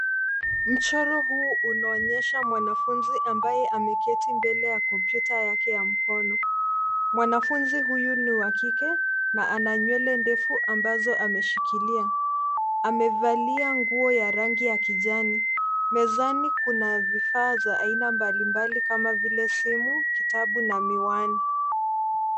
Mchoro huu unaonyesha mwanafunzi ambaye ameketi mbele ya kompyuta yake ya mkono. Mwanafunzi huyu ni wa kike na ana nywele ndefu ambazo ameshikilia. Amevalia nguo ya rangi ya kijani. Mezani kuna vifaa za aina mbalimbali kama vile simu, kitabu na miwani.